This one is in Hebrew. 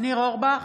ניר אורבך,